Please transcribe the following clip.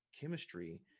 chemistry